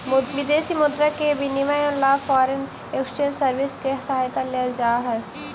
विदेशी मुद्रा के विनिमय ला फॉरेन एक्सचेंज सर्विसेस के सहायता लेल जा हई